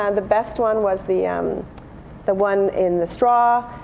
and the best one was the um the one in the straw.